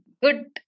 good